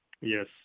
yes